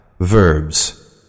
Verbs